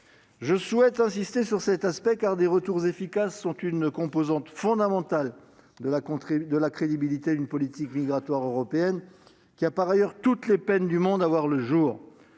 Je souhaite insister sur cet aspect, car la mise en oeuvre de retours efficaces est une composante fondamentale de la crédibilité d'une politique migratoire européenne, qui a par ailleurs toutes les peines du monde à voir le jour.